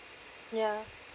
ya